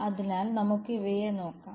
അതിനാൽ നമുക്ക് ഇവയെ നോക്കാം